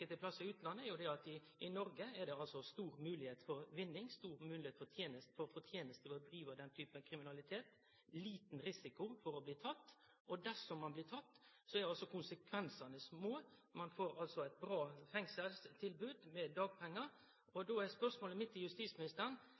plassar i utlandet, er jo at i Noreg er det stor moglegheit for vinning og forteneste ved å drive med den typen kriminalitet og liten risiko for å bli teken. Dersom ein blir teken, er konsekvensane små; ein får eit bra fengselstilbod med dagpengar. Då er spørsmålet mitt til justisministeren: